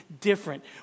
different